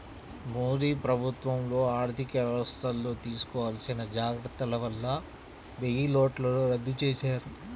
మోదీ ప్రభుత్వంలో ఆర్ధికవ్యవస్థల్లో తీసుకోవాల్సిన జాగర్తల వల్ల వెయ్యినోట్లను రద్దు చేశారు